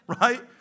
Right